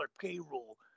payroll